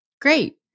Great